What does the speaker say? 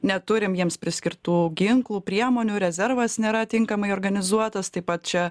neturim jiems priskirtų ginklų priemonių rezervas nėra tinkamai organizuotas taip pat čia